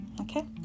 okay